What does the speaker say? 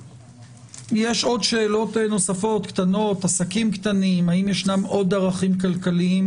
יש שאלות נוספות קטנות על עסקים קטנים האם יש עוד ערכים כלכליים